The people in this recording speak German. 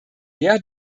der